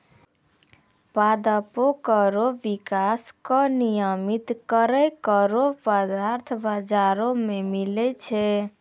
पादपों केरो विकास क नियंत्रित करै केरो पदार्थ बाजारो म मिलै छै